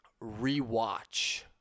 rewatch